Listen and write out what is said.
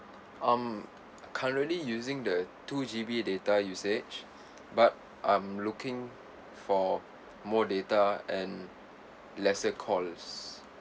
I'm currently using the two G_B data usage but I'm looking for more data and lesser calls